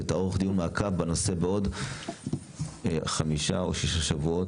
ותערוך בנושא דיון מעקב בעוד חמישה או שישה שבועות,